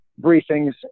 briefings